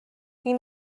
این